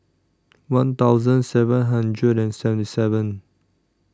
one thousand seven hundred and seventy seven